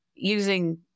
using